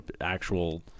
actual